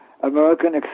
American